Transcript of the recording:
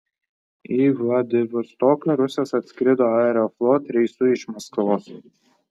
į vladivostoką rusas atskrido aeroflot reisu iš maskvos